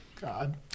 God